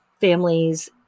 families